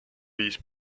viis